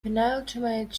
penultimate